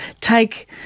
take